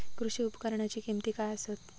कृषी उपकरणाची किमती काय आसत?